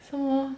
so